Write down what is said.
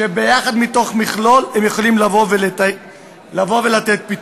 שיחד, מתוך מכלול, הם יכולים לתת פתרון.